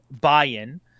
buy-in